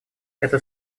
это